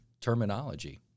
terminology